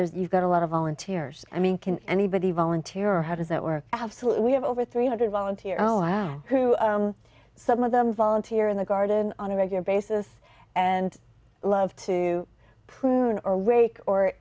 that you've got a lot of volunteers i mean can anybody volunteer or how does that work absolutely we have over three hundred volunteer no i who some of them volunteer in the garden on a regular basis and love to prune or rake or